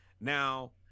Now